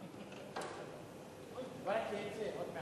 תמיד כשהאויבים